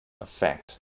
effect